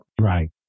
Right